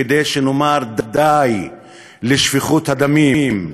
כדי שנאמר: די לשפיכות הדמים.